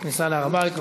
בכניסה להר-הבית.